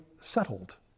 settled